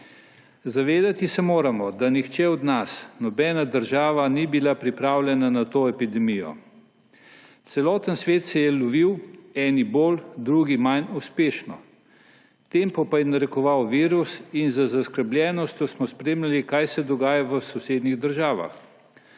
Zavedati se moramo, da nihče od nas, nobena država ni bila pripravljena na to epidemijo. Celoten svet se je lovil, eni bolj, drugi manj uspešno. Tempo pa je narekoval virus in z zaskrbljenostjo smo spremljali, kaj se dogaja v sosednjih državah.